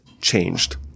changed